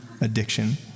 addiction